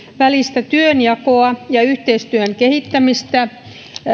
välistä työnjakoa ja yhteistyön kehittämistä